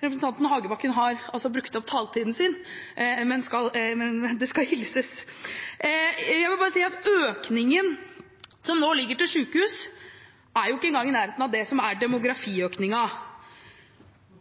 Representanten Hagebakken har brukt opp taletiden sin, men det skal hilses. Jeg vil bare si at økningen som nå ligger til sykehus, ikke engang er i nærheten av det som er demografiøkningen.